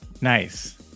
Nice